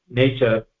nature